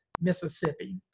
Mississippi